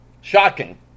shocking